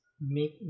make